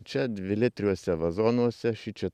čia dvi litriuose vazonuose šičia